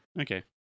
Okay